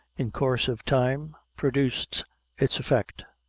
in course of time, produced its effect,